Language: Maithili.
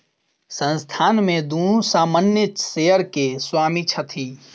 संस्थान में दुनू सामान्य शेयर के स्वामी छथि